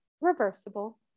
reversible